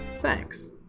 Thanks